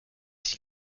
sich